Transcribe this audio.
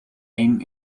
één